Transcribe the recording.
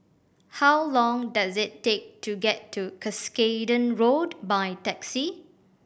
how long does it take to get to Cuscaden Road by taxi